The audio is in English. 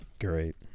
Great